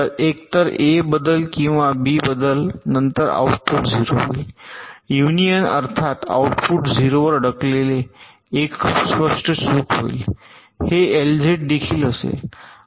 तर एकतर A बदल किंवा B बदल नंतर आउटपुट 0 होईल युनियन अर्थात आउटपुट 0 वर अडकले एक स्पष्ट चूक होईल हे एलझेड देखील असेल